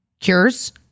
cures